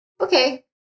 Okay